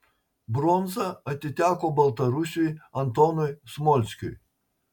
bronza atiteko baltarusiui antonui smolskiui